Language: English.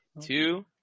two